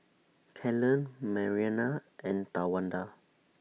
Kellan Marianna and Towanda